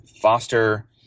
foster